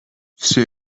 всё